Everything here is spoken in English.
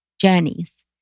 journeys